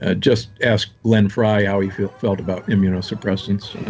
ah just ask len fry how he felt felt about immuno suppressants.